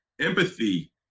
empathy